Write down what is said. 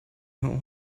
nur